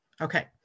Okay